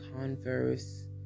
converse